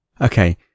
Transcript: Okay